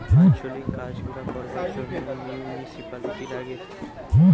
আঞ্চলিক কাজ গুলা করবার জন্যে মিউনিসিপালিটি লাগে